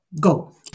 Go